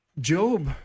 Job